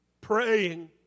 praying